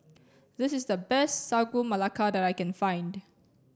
this is the best Sagu Melaka that I can find